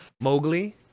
Mowgli